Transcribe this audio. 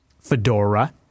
Fedora